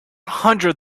hundred